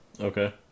Okay